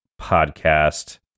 podcast